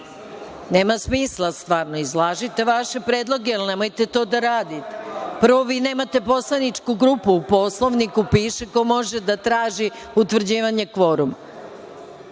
smisla stvarno, izlažite vaše predloge, ali nemojte to da radite. Prvo, vi nemate poslaničku grupu, u Poslovniku piše ko može da traži utvrđivanje kvoruma,